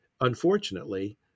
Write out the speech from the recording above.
unfortunately